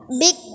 big